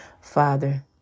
Father